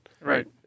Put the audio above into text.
Right